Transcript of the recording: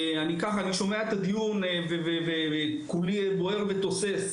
אני שומע את הדיון שמתנהל כאן וכולי בעור ותוסס.